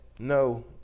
No